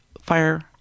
fire